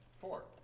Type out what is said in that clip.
Four